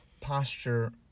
posture